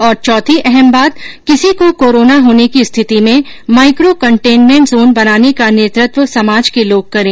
और चौथी अहम बात किसी को कोरोना होने की स्थिति में माइको कन्टेनमेंट जोन बनाने का नेतत्व समाज के लोग करें